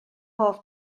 hoff